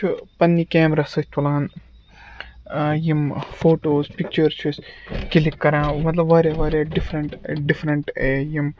چھُ پَنٕنہِ کیمرا سۭتۍ تُلان یِم فوٹوز پِکچٲر چھِ أسۍ کِلِک کَران مطلب واریاہ واریاہ ڈِفرَنٛٹ ڈِفرَنٛٹ یِم